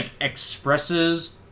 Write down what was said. expresses